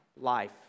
life